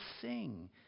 sing